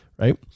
right